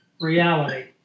Reality